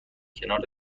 کنار